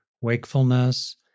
wakefulness